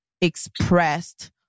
expressed